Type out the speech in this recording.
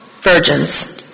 virgins